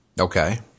Okay